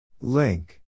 Link